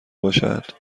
باشد